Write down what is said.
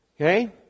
okay